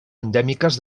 endèmiques